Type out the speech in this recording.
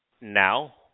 now